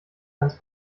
ganz